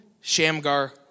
Shamgar